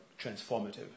transformative